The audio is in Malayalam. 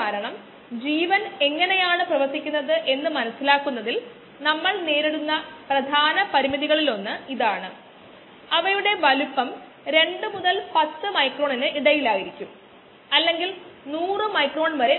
ri rorg rcddt കാരണം ഇത് ബാച്ച് ആയതിനാൽ നമുക്ക് വളർച്ച മാത്രം പരിഗണിക്കാം ഇപ്പോൾ ഈ ഘട്ടം മാത്രം പറയട്ടെ മറ്റൊരു വിധത്തിൽ പറഞ്ഞാൽ നാം പരിഗണിക്കാൻ പോകുന്നത് ഒരു മരണവുമില്ല